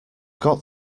got